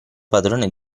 padrone